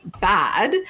bad